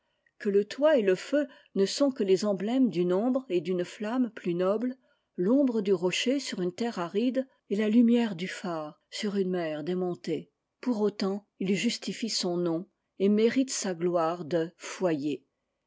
que le toit et le feu ne sont que les emblèmes d'une ombre et d'une flamme plus nobles l'ombre du rocher sur une terre aride i et la lumière du phare sur une mer démontée pour autant il justine son nom et mérite sa gloire de foyer